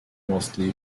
mostly